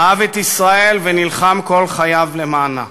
אהב את ישראל ונלחם כל חייו למענה.